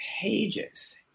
pages